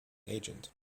agent